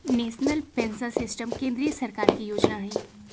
national pension system केंद्रीय सरकार के जोजना हइ